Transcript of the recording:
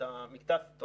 את המקטע הסיטונאי.